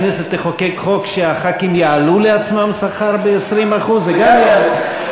הכנסת תחוקק חוק שחברי הכנסת יעלו לעצמם שכר ב-20% זה גם יעלה.